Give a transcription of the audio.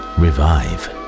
revive